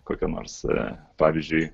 kokia nors y pavyzdžiui